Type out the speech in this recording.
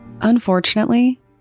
Unfortunately